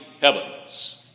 heavens